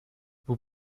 vous